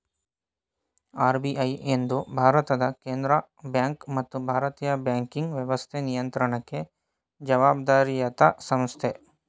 RBI ಎಂದು ಭಾರತದ ಕೇಂದ್ರ ಬ್ಯಾಂಕ್ ಮತ್ತು ಭಾರತೀಯ ಬ್ಯಾಂಕಿಂಗ್ ವ್ಯವಸ್ಥೆ ನಿಯಂತ್ರಣಕ್ಕೆ ಜವಾಬ್ದಾರಿಯತ ಸಂಸ್ಥೆ